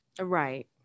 Right